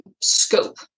scope